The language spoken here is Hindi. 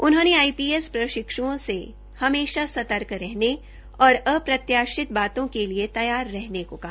उन्होंने आईपीएस प्रशिक्षुओं से हमेशा सर्तक रहने और अप्रत्याशित बातों के लिए तैयार रहने को कहा